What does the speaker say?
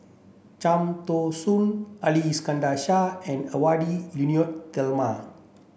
Cham Tao Soon Ali Iskandar Shah and Edwy Lyonet Talma